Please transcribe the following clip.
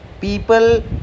people